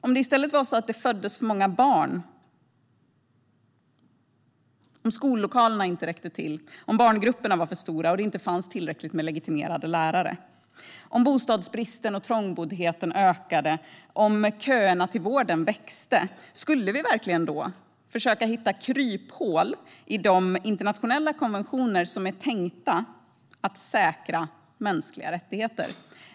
Om det i stället var så att det föddes för många barn, om skollokalerna inte räckte till, om barngrupperna var för stora och det inte fanns tillräckligt med legitimerade lärare, om bostadsbristen och trångboddheten ökade och om köerna till vården växte, skulle vi verkligen då försöka hitta kryphål i de internationella konventioner som är tänkta att säkra mänskliga rättigheter?